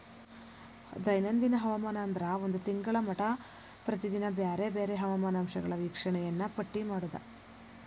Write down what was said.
ದೈನಂದಿನ ಹವಾಮಾನ ಅಂದ್ರ ಒಂದ ತಿಂಗಳ ಮಟಾ ಪ್ರತಿದಿನಾ ಬ್ಯಾರೆ ಬ್ಯಾರೆ ಹವಾಮಾನ ಅಂಶಗಳ ವೇಕ್ಷಣೆಯನ್ನಾ ಪಟ್ಟಿ ಮಾಡುದ